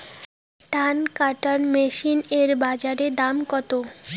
ধান কাটার মেশিন এর বাজারে দাম কতো?